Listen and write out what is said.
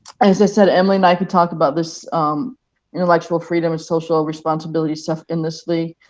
as i said, emily and i can talk about this intellectual freedom and social responsibility stuff endlessly.